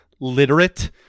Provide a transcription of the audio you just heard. literate